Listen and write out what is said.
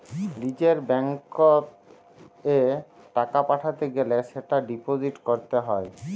লিজের ব্যাঙ্কত এ টাকা পাঠাতে গ্যালে সেটা ডিপোজিট ক্যরত হ্য়